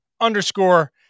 underscore